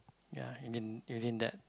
ya within within that